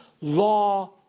law